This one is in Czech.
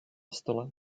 stole